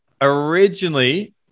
originally